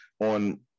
on